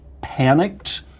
panicked